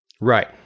Right